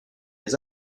les